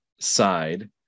side